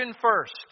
first